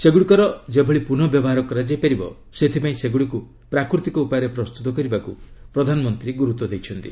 ସେଗୁଡ଼ିକର ଯେଭଳି ପୁନଃ ବ୍ୟବହାର କରାଯାଇ ପାରିବସେଥିପାଇଁ ସେଗୁଡ଼ିକୁ ପ୍ରାକୃତିକ ଉପାୟରେ ପ୍ରସ୍ତୁତ କରିବାକୁ ପ୍ରଧାନମନ୍ତ୍ରୀ ଗୁରୁତ୍ୱ ଦେଇଛନ୍ତି